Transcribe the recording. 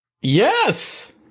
Yes